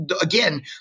Again